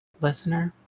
listener